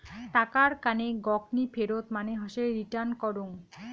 টাকার কানে গকনি ফেরত মানে হসে রিটার্ন করং